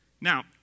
now